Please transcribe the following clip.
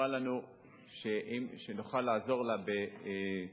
אמרה לנו שנוכל לעזור לה במימון